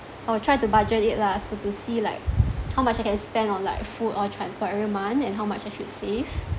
I will try to budget it lah so to see like how much I can spend on like food or transport every month and how much I should save